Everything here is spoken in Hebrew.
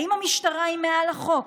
האם המשטרה היא מעל החוק?